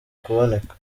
kuboneka